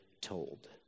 told